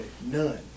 None